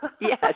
yes